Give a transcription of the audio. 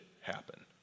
happen